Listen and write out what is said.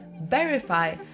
verify